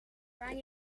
kan